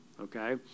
okay